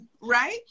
right